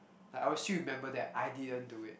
like I would still remember that I didn't do it